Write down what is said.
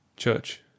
church